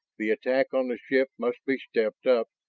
the attack on the ship must be stepped up,